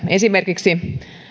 esimerkiksi